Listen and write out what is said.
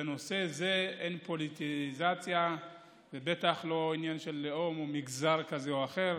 שבנושא זה אין פוליטיזציה ובטח לא עניין של לאום או מגזר כזה או אחר.